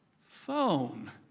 phone